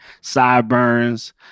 sideburns